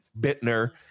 Bittner